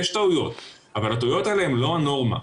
יש טעויות אבל הטעויות האלה הן לא הנורמה.